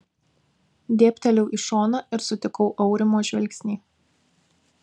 dėbtelėjau į šoną ir sutikau aurimo žvilgsnį